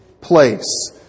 place